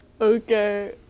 Okay